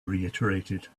reiterated